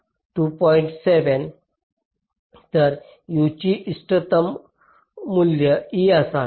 तर U ची इष्टतम मूल्य e असावी